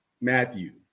Matthew